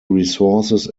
resources